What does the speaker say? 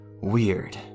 weird